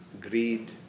greed